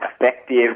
effective